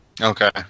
Okay